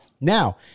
Now